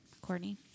Courtney